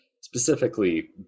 specifically